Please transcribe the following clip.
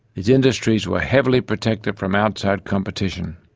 its industries were heavily protected from outside competition.